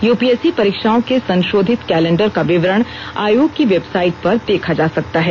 UPSC परीक्षाओं के संशोधित कैलेंडर का विवरण आयोग की वेबसाइट पर देखा जा सकता है